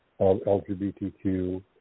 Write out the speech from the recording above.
LGBTQ